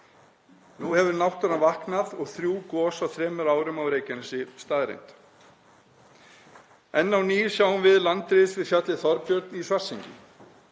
Nú hefur náttúran vaknað og þrjú gos á þremur árum á Reykjanesi staðreynd. Enn á ný sjáum við landris við fjallið Þorbjörn í Svartsengi.